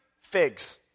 Figs